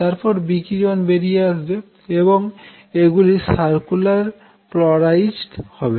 তারপর বিকিরন বেরিয়ে আসবে এবং এগুলি সারকুলার পোলারাইজড হবে